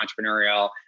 entrepreneurial